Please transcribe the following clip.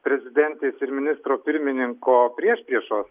prezidentės ir ministro pirmininko priešpriešos